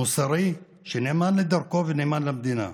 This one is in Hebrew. מוסרי, שנאמן לדרכו ונאמן למדינה,